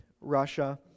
Russia